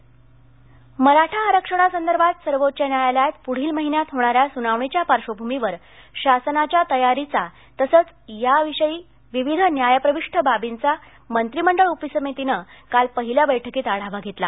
मराठा आरक्षण मराठा आरक्षणासंदर्भात सर्वोच्च न्यायालयात पुढील महिन्यात होणाऱ्या सुनावणीच्या पार्श्वभूमीवर शासनाच्या तयारीचा तसंच या विषयासंबंधी विविध न्यायप्रविष्ट बाबींचा मंत्रिमंडळ उपसमितीनं काल पहिल्या बैठकीत आढावा घेतला